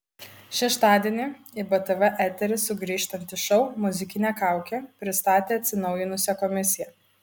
šeštadienį į btv eterį sugrįžtantis šou muzikinė kaukė pristatė atsinaujinusią komisiją